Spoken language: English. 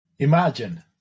Imagine